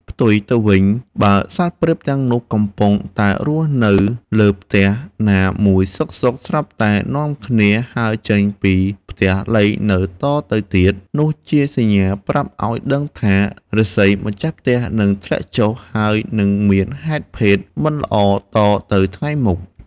ផ្ទុយទៅវិញ បើសត្វព្រាបទាំងនោះកំពុងតែរស់នៅលើផ្ទះណាមួយសុខៗ ស្រាប់តែនាំគ្នាហើរចេញពីផ្ទះលែងនៅតទៅទៀត នោះជាសញ្ញាប្រាប់ឱ្យដឹងថា រាសីម្ចាស់ផ្ទះនឹងធ្លាក់ចុះ ហើយនិងមានហេតុភេទមិនល្អតទៅថ្ងៃមុខ។